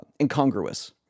incongruous